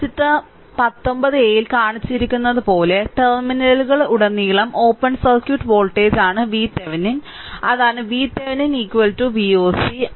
ചിത്രം 19 a ൽ കാണിച്ചിരിക്കുന്നതുപോലെ ടെർമിനലിലുടനീളം ഓപ്പൺ സർക്യൂട്ട് വോൾട്ടേജാണ് VTheveni അതാണ് VTheveni V oc